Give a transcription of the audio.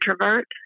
introvert